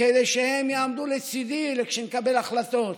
כדי שהם יעמדו לצידי כשנקבל החלטות.